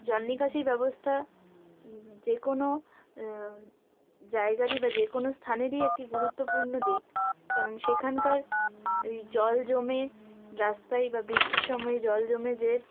জল নিকাশি ব্যবস্থা যে কোনো জায়গারই বা যে কোনো স্থানেরই একটি গুরুত্বপূর্ণ দিক কারণ সেখানকার ওই জল জমে রাস্তায় বা বৃষ্টির সময় জল জমে যে